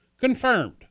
confirmed